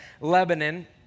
Lebanon